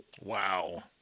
Wow